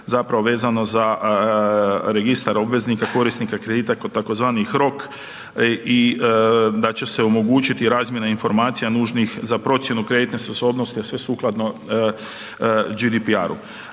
zapravo vezano za registar obveznika korisnika kredita kod tzv. rok i da će se omogućiti razmjena informacija nužnih za procjenu kreditne sposobnosti, a sve sukladno GDPR-u.